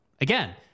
Again